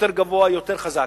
יותר גבוה, יותר חזק.